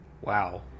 Wow